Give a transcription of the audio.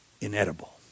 inedible